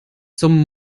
zum